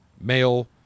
male